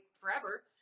forever